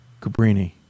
Cabrini